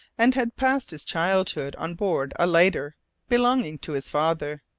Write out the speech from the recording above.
and had passed his childhood on board a lighter belonging to his father,